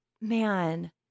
Man